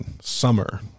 Summer